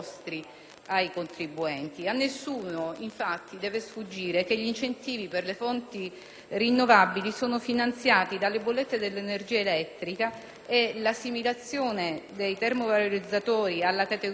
A nessuno, infatti, deve sfuggire che gli incentivi per le fonti rinnovabili sono finanziati dalle bollette dell'energia elettrica e l'assimilazione dei termovalorizzatori alla categoria degli